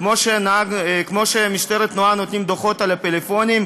כמו שמשטרת התנועה נותנת דוחות על הפלאפונים,